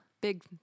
big